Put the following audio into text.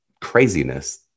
Craziness